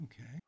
okay